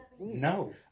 No